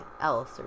else